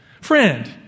Friend